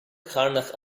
chearnach